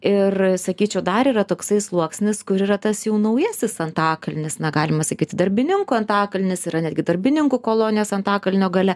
ir sakyčiau dar yra toksai sluoksnis kur yra tas jau naujasis antakalnis na galima sakyti darbininkų antakalnis yra netgi darbininkų kolonijos antakalnio gale